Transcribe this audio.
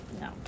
No